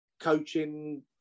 coaching